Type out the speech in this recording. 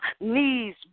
knees